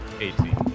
Eighteen